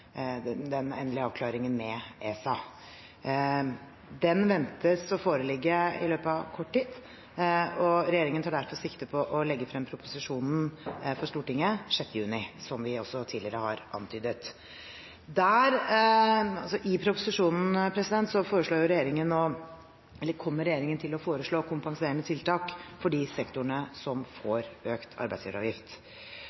den endelige avklaringen med ESA. Den ventes å foreligge i løpet av kort tid. Regjeringen tar derfor sikte på å legge frem proposisjonen for Stortinget 6. juni, som vi også tidligere har antydet. I proposisjonen kommer regjeringen til å foreslå kompenserende tiltak for de sektorene som får økt arbeidsgiveravgift. Omfanget av kompenserende tiltak skal tilsvare den avgiftsøkningen som sektorene vil få.